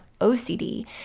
OCD